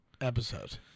episode